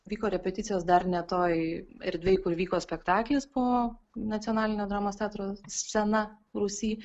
vyko repeticijos dar ne toj erdvėj kur vyko spektaklis po nacionalinio dramos teatro scena rūsy